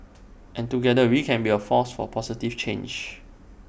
and together we can be A force for positive change